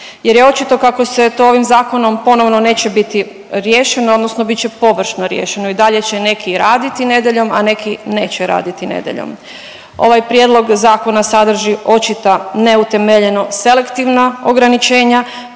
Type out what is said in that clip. jer je očito kako se to ovim zakonom ponovno neće biti riješeno odnosno bit će površno riješeno i dalje će neki raditi nedjeljom, a neki neće raditi nedjeljom. Ovaj prijedlog zakona sadrži očita neutemeljeno selektivna ograničenja,